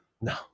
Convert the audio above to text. no